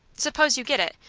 suppose you get it,